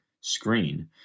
screen